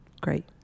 great